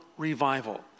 revival